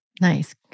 Nice